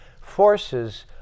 forces